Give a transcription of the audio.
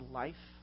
life